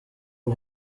ubu